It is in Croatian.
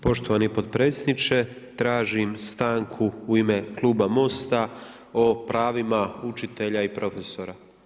Poštovani potpredsjedniče, tražim stanku u ime Kluba Mosta o pravima učitelja i profesora.